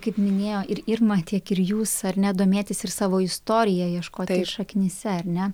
kaip minėjo ir irma tiek ir jūs ar ne domėtis ir savo istorija ieškoti šaknyse ar ne